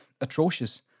atrocious